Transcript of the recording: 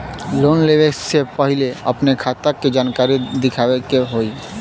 Loan लेवे से पहिले अपने खाता के जानकारी दिखावे के होई?